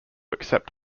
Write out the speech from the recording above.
accept